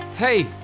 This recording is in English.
Hey